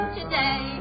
today